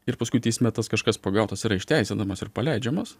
ir paskui teisme tas kažkas pagautas yra išteisinamas ir paleidžiamas